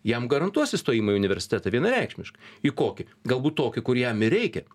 jam garantuos įstojimą į universitetą vienareikšmiškai į kokį galbūt tokį kur jam ir reikia